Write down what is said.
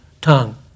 tongue